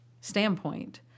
standpoint